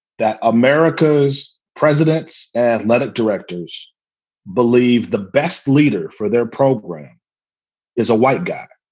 that america's presidents, athletic directors believe the best leader for their program is a white guy.